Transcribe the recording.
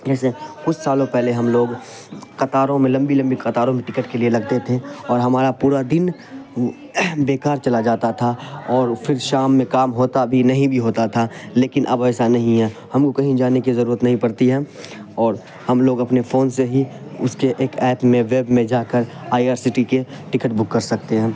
کیسے کچھ سالوں پہلے ہم لوگ قطاروں میں لمبی لمبی قطاروں میں ٹکٹ کے لیے لگتے تھے اور ہمارا پورا دن بیکار چلا جاتا تھا اور پھر شام میں کام ہوتا بھی نہیں بھی ہوتا تھا لیکن اب ایسا نہیں ہے ہم کو کہیں جانے کی ضرورت نہیں پڑتی ہے اور ہم لوگ اپنے فون سے ہی اس کے ایک ایپ میں ویب میں جا کر آئی آر سی ٹی کے ٹکٹ بک کر سکتے ہیں